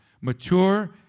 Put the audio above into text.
mature